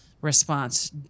response